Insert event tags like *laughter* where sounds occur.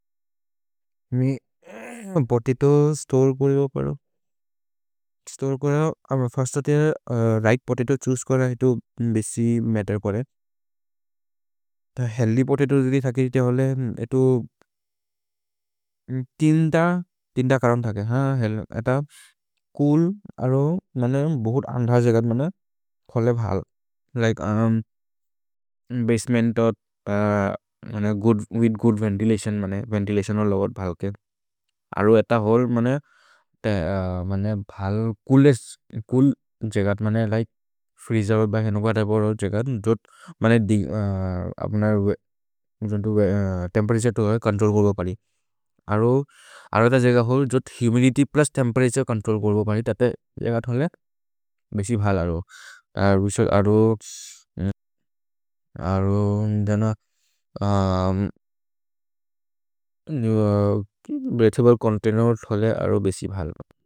Potato store कोरेओ परो?। Store कोरेओ, अम first the right potato choose कोर इतो बेसि मत्तेर् कोरे थे हेअल्थ्य् पोततो दिदि थके। इते होले एतो तिन् त, तिन् त करन् थके ह हेल् एत चूल् अरो मनयम् बहुत् अन्ध जगद् मनयम् खोले भल् लिके बसेमेन्त् तो मनयम् विथ् गूद् वेन्तिलतिओन् मनयम्। अरो एत होल् मनयम् चूल् जगद् लिके जगद् मनयम् तेम्पेरतुरे तो चोन्त्रोल् कोरो परि अरो हुमिदित्य् प्लुस् तेम्पेरतुरे चोन्त्रोल् कोरो परि। भेसि भल् अरो अरो अरो *unintelligible* दन ब्रेअथब्ले चोन्तैनेर् खोले अरो बेसि भल्।